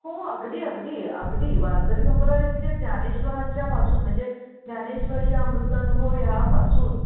हो अगदी अगदी अगदी वारकरी संप्रदाय म्हणजे ज्ञानेश्वरांच्यापासून म्हणजे ज्ञानेश्वरी अमृतानुभव ह्यापासून